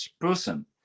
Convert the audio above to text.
person